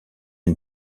une